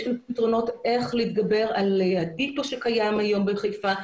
יש לנו פתרונות איך להתגבר על ה-דיפו שקיים היום בחיפה.